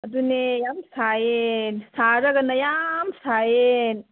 ꯑꯗꯨꯅꯦ ꯌꯥꯝ ꯁꯥꯏꯌꯦ ꯁꯥꯔꯒꯅ ꯌꯥꯝ ꯁꯥꯏꯌꯦ